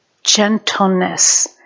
Gentleness